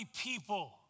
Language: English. people